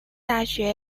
大学